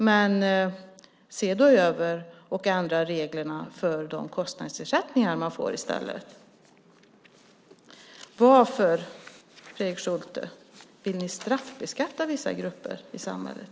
Men se då över och ändra reglerna för de kostnadsersättningar som man får i stället. Varför, Fredrik Schulte, vill ni straffbeskatta vissa grupper i samhället?